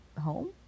home